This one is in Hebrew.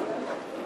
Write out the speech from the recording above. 2),